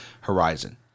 horizon